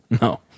No